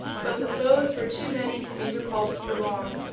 but the foes were too many to be repulsed for long.